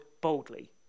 boldly